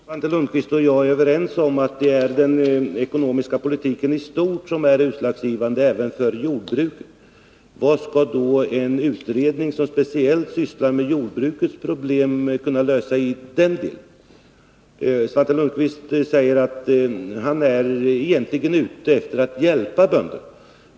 Herr talman! Om Svante Lundkvist och jag är överens om att det är den ekonomiska politiken i stort som är utslagsgivande även för jordbruket, vad skall då en utredning som speciellt sysslar med jordbrukets problem kunna göra i den delen? Svante Lundkvist säger att han egentligen är ute efter att hjälpa bönderna.